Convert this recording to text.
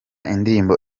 indirimbo